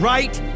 Right